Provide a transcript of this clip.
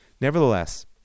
Nevertheless